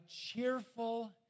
cheerful